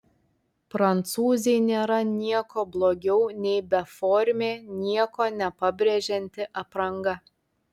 prancūzei nėra nieko blogiau nei beformė nieko nepabrėžianti apranga